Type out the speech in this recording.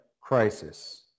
crisis